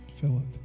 Philip